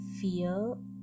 feel